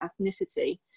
ethnicity